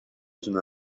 تونه